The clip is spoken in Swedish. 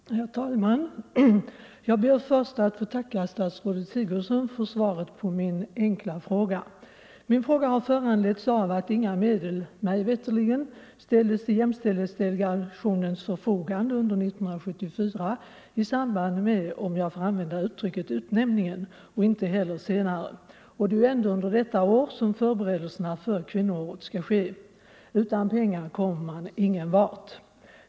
Herr talman! Jag ber först att få tacka statsrådet Sigurdsen för svaret på min enkla fråga. Den har föranletts av att inga medel mig veterligen ställdes till jämlikhetsdelegationens förfogande under 1974 i samband med utnämningen — om jag får använda det uttrycket — och inte heller senare. Det är ändå under detta år som förberedelserna för kvinnoåret skall ske. Utan pengar kommer man ingen vart.